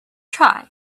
try